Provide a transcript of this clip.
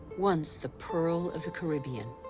once the pearl of the caribbean,